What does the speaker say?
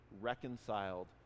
reconciled